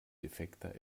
defekter